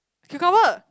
cucumber